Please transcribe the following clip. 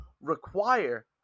require